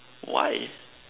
why